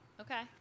Okay